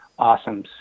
Awesome